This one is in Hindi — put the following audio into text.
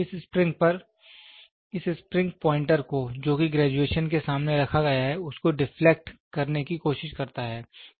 इस पर स्प्रिंग प्वाइंटर को जोकि ग्रेजुएशन के सामने रखा गया है उसको डिफलेक्ट करने की कोशिश करता है